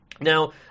Now